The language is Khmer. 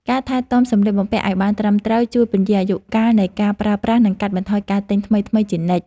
ការថែទាំសម្លៀកបំពាក់ឱ្យបានត្រឹមត្រូវជួយពន្យារអាយុកាលនៃការប្រើប្រាស់ និងកាត់បន្ថយការទិញថ្មីៗជានិច្ច។